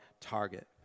target